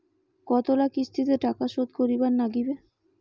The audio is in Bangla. কতোলা কিস্তিতে টাকা শোধ করিবার নাগীবে?